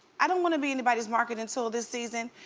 i don't wanna be anybody's marketing tool this season,